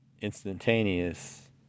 instantaneous